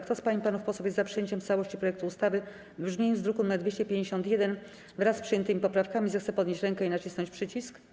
Kto z pań i panów posłów jest za przyjęciem w całości projektu ustawy w brzmieniu z druku nr 251, wraz z przyjętymi poprawkami, zechce podnieść rękę i nacisnąć przycisk.